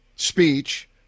speech